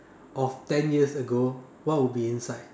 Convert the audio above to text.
of ten years ago what would be inside